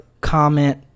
comment